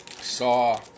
saw